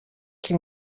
qu’il